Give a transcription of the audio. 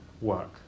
work